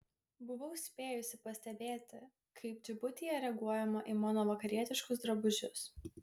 buvau spėjusi pastebėti kaip džibutyje reaguojama į mano vakarietiškus drabužius